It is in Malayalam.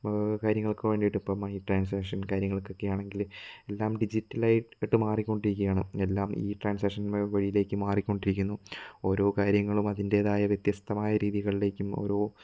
കാര്യങ്ങള്ക്ക് വേണ്ടിയിട്ട് ഇപ്പോൾ മണി ട്രാൻസാക്ഷൻസ് കാര്യങ്ങള്ക്ക് ആണെങ്കിലും എല്ലാം ഡിജിറ്റല് ആയിട്ടു മാറി കൊണ്ടിരിക്കുകയാണ് എല്ലാം ഇ ട്രാന്സാക്ഷന് വഴിയിലേക്ക് മാറിക്കൊണ്ടിരിക്കുന്നു ഓരോ കാര്യങ്ങളും അതിന്റേതായ വ്യത്യസ്തമായ രീതികളിലേക്കും ഓരോ